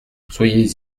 soyez